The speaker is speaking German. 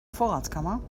vorratskammer